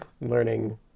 learning